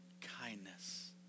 kindness